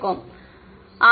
மாணவர் ஐயா